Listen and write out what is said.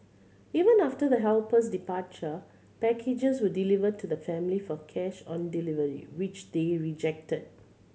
even after the helper's departure packages were delivered to the family for cash on delivery which they rejected